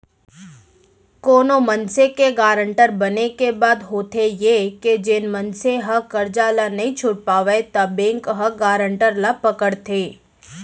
कोनो मनसे के गारंटर बने के बाद होथे ये के जेन मनसे ह करजा ल नइ छूट पावय त बेंक ह गारंटर ल पकड़थे